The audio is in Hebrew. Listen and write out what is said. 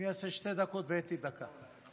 אני אעשה שתי דקות ואתי דקה.